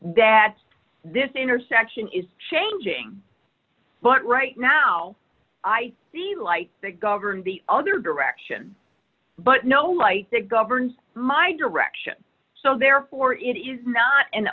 that this intersection is changing but right now i'd really like to govern the other direction but no light to govern my direction so therefore it is not an